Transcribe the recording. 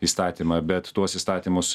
įstatymą bet tuos įstatymus